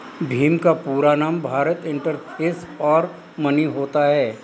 भीम का पूरा नाम भारत इंटरफेस फॉर मनी होता है